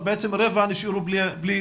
בעצם רבע נשארו בלי.